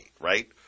right